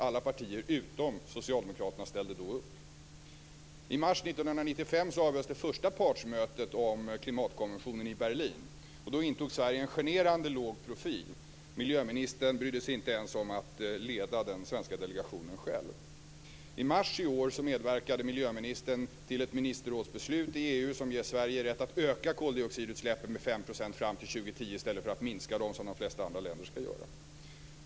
Alla partier utom Socialdemokraterna ställde då upp. I mars 1995 avhölls det första partsmötet om klimatkonventionen i Berlin. Då intog Sverige en generande låg profil. Miljöministern brydde sig inte ens om att leda den svenska delegationen själv. I mars i år medverkade miljöministern till ett ministerrådsbeslut i EU som ger Sverige rätt att öka koldioxidutsläppen med 5 % fram till år 2010 i stället för att minska dem, som de flesta andra länder skall göra.